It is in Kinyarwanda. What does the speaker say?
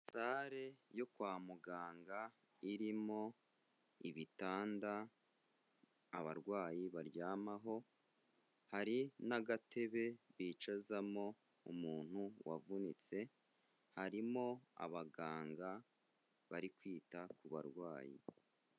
Sale yo kwa muganga irimo ibitanda abarwayi baryamaho, hari n'agatebe bicazamo umuntu wavunitse, harimo abaganga bari kwita ku barwayi.